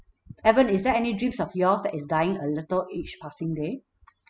evan is there any dreams of yours that is dying a little each passing day